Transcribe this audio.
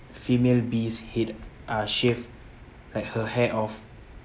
female B's head uh shave like her hair off`